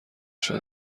شده